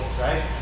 right